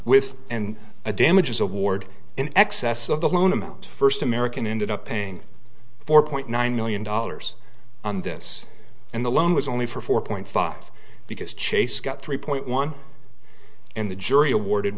with and the damages award in excess of the loan amount first american ended up paying four point nine million dollars on this and the loan was only for four point five because chase got three point one and the jury awarded